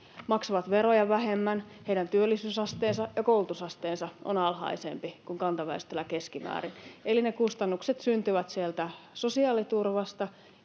maksavat veroja vähemmän, heidän työllisyysasteensa ja koulutusasteensa on alhaisempi kuin kantaväestöllä keskimäärin. Eli ne kustannukset syntyvät sieltä sosiaaliturvasta,